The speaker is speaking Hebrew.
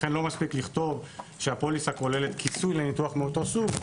לכן לא מספיק לכתוב שהפוליסה כוללת כיסוי לניתוח מאותו סוג,